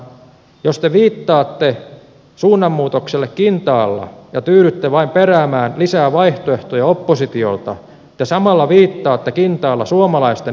jos te viittaatte suunnanmuutokselle kintaalla ja tyydytte vain peräämään lisää vaihtoehtoja oppositiolta ja samalla viittaatte kintaalla suomalaisten